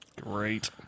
Great